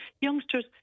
youngsters